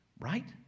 Right